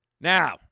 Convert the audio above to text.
Now